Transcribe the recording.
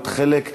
להיות חלק,